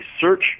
search